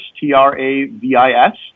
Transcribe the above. t-r-a-v-i-s